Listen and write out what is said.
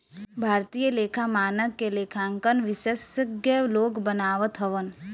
भारतीय लेखा मानक के लेखांकन विशेषज्ञ लोग बनावत हवन